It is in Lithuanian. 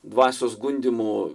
dvasios gundymų